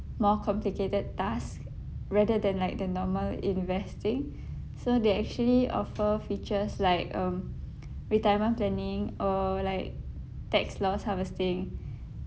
more complicated task rather than like the normal investing so they actually offer features like um retirement planning or like tax loss harvesting